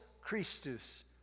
Christus